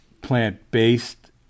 plant-based